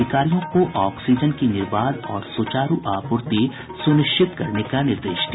अधिकारियों को ऑक्सीजन की निर्बाध और सुचारू आपूर्ति सुनिश्चित करने का निर्देश दिया